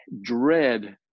dread